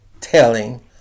telling